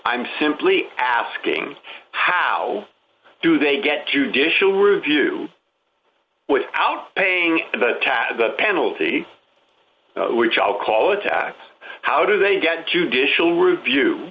i'm simply asking how do they get judicial review without paying the tab a penalty which i'll call attack how do they get judicial r